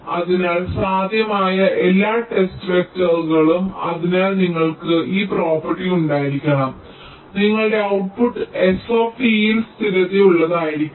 അതിനാൽ സാധ്യമായ എല്ലാ ടെസ്റ്റ് വെക്റ്ററുകൾക്കും അതിനാൽ നിങ്ങൾക്ക് ഈ പ്രോപ്പർട്ടി ഉണ്ടായിരിക്കണം നിങ്ങളുടെ ഔട്ട്പുട്ട് Sയിൽ സ്ഥിരതയുള്ളതായിരിക്കണം